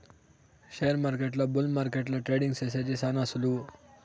షేర్మార్కెట్ల బుల్ మార్కెట్ల ట్రేడింగ్ సేసేది శాన సులువు